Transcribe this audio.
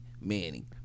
Manning